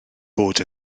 bod